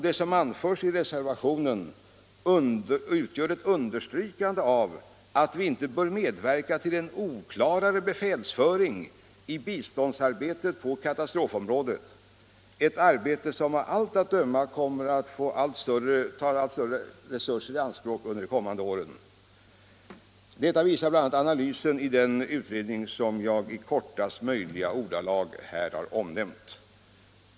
Det som anförs i reservationen utgör ett understrykande av att vi inte bör medverka till en oklarare befälsföring i biståndsarbetet på katastrofområdet — ett arbete som av allt att döma kommer att ta allt större resurser i anspråk under de kommande åren. Detta visar bl.a. analysen i den utredning som jag i kortaste möjliga ordalag har omnämnt.